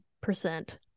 percent